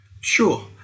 Sure